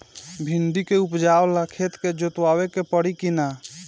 भिंदी के उपजाव ला खेत के जोतावे के परी कि ना?